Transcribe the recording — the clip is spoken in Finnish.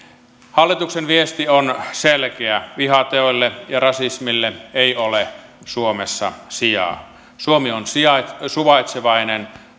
hallituksen viesti on selkeä vihateoille ja rasismille ei ole suomessa sijaa suomi on suvaitsevainen